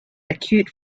acute